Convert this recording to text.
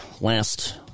last